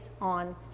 on